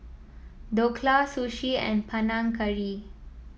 Dhokla Sushi and Panang Curry